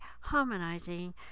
harmonizing